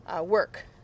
Work